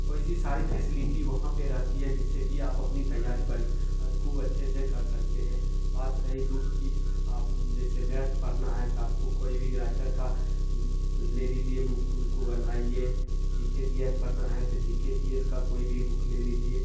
वैसी सारी फैसिलिटी वहाँ पर रहती है जिससे कि आप अपनी तैयारी ब ख़ूब अच्छे से कर सकते हैं बात रही बुक की आप जैसे मैथ पढ़ना है तो आपको कोई भी एक राईटर का ले लीजिए बुक उनको बनाइए जी के जी एस पढ़ना है तो जी के जी एस की कोई भी बुक ले लीजिए